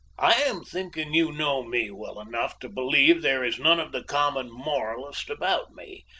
i am thinking you know me well enough to believe there is none of the common moralist about me.